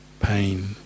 pain